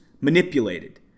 manipulated